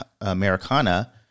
Americana